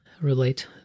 relate